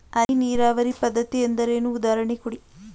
ಹನಿ ನೀರಾವರಿ ಪದ್ಧತಿ ಎಂದರೇನು, ಉದಾಹರಣೆ ಕೊಡಿ?